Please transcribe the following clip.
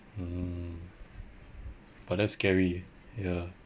hmm but that's scary eh ya